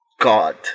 God